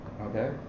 okay